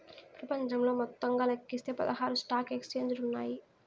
ప్రపంచంలో మొత్తంగా లెక్కిస్తే పదహారు స్టాక్ ఎక్స్చేంజిలు ఉన్నాయి